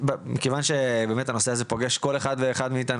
מכיוון שבאמת, הנושא הזה פוגש כל אחד ואחת מאיתנו